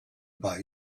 buy